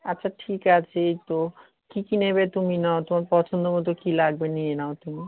আচ্ছা ঠিক আছে তো কি কি নেবে তুমি নাও তোমার পছন্দ মতো কী লাগবে নিয়ে নাও তুমি